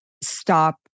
stop